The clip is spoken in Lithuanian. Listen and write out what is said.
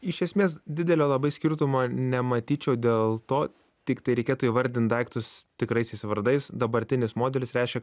iš esmės didelio labai skirtumo nematyčiau dėl to tiktai reikėtų įvardint daiktus tikraisiais vardais dabartinis modelis reiškia